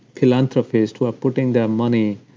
philanthropists who are putting their money,